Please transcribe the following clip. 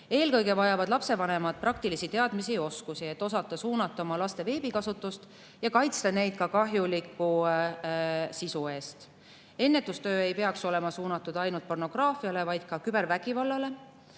Eelkõige vajavad lapsevanemad praktilisi teadmisi ja oskusi, et osata suunata oma laste veebikasutust ja kaitsta neid kahjuliku sisu eest. Ennetustöö ei peaks olema suunatud ainult pornograafiale, vaid ka kübervägivallale